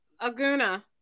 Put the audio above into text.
Aguna